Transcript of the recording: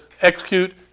execute